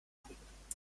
brüten